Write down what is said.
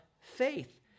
faith